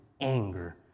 anger